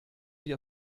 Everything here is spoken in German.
wir